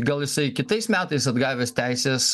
gal jisai kitais metais atgavęs teises